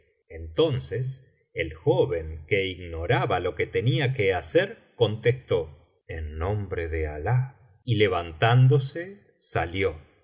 entonces el joven que ignoraba lo que tenía que hacer contestó en nombre de alah y levantándose salió